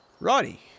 Roddy